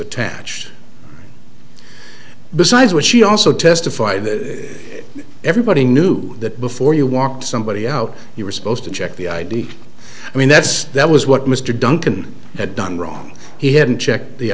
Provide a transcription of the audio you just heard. attached besides which she also testified that everybody knew that before you walked somebody out you were supposed to check the id i mean that's that was what mr duncan that done wrong he hadn't checked the